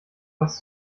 was